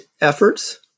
efforts